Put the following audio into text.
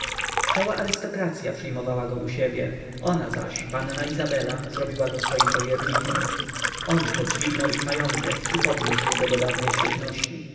cała arystokracya przyjmowała go u siebie ona zaś panna izabela zrobiła go swoim powiernikiem on podźwignął ich majątek i podniósł go do dawnej świetności